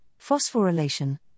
phosphorylation